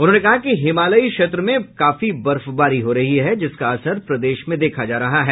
उन्होंने कहा कि हिमालयी क्षेत्र में काफी बर्फवारी हो रही है जिसका असर प्रदेश में देख जा रहा है